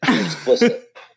Explicit